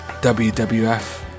WWF